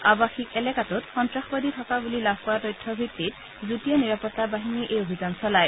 আৱাসিক এলেকাটোত সন্নাসবাদী থকা বুলি লাভ কৰা তথ্যৰ ভিত্তিত যুটীয়া নিৰাপত্তা বাহিনীয়ে এই অভিযান চলায়